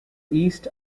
east